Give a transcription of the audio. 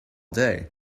day